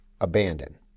abandon